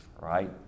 right